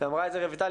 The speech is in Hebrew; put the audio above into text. ואמרה את זה רויטל,